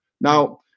Now